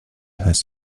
heißt